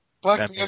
Black